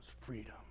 freedom